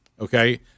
Okay